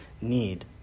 need